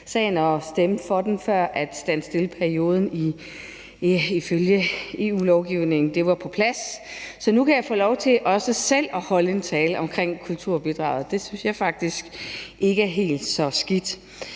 sagen og stemte for den, før stand still-perioden ifølge EU-lovgivningen var på plads, for nu kan jeg få lov til også selv at holde en tale om kulturbidraget, og det synes jeg faktisk ikke er helt så skidt.